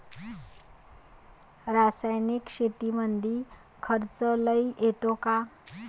रासायनिक शेतीमंदी खर्च लई येतो का?